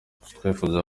twifuza